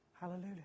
Hallelujah